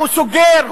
הוא סוגר,